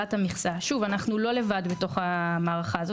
הגדלת המכסה, שוב, אנחנו לא לבד בתוך המערכה הזאת.